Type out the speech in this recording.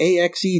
AXE